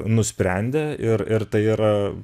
nusprendę ir ir tai yra